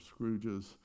Scrooges